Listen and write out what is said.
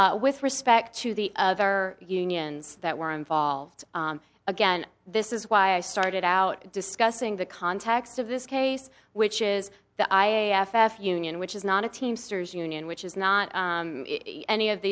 sir with respect to the other unions that were involved again this is why i started out discussing the context of this case which is the i a f f union which is not a teamsters union which is not any of